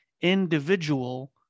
individual